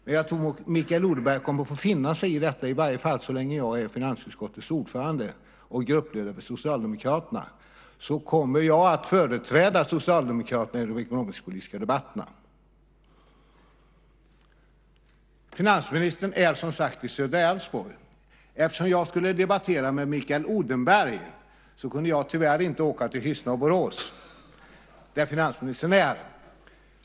Men jag tror att Mikael Odenberg kommer att få finna sig i detta. I varje fall så länge jag är finansutskottets ordförande och gruppledare för Socialdemokraterna kommer jag att företräda Socialdemokraterna i de ekonomisk-politiska debatterna. Finansministern är som sagt i södra Älvsborg. Eftersom jag skulle debattera med Mikael Odenberg kunde jag tyvärr inte åka till Hyssna och Borås, där finansministern är.